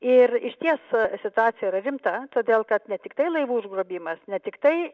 ir išties situacija yra rimta todėl kad ne tiktai laivų užgrobimas ne tiktai